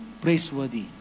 praiseworthy